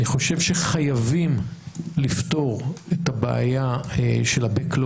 אני חושב שחייבים לפתור את הבעיה של ה-backlog